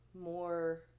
more